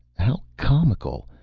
how comical!